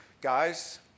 Guys